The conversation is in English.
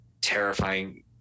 terrifying